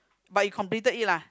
but you completed it lah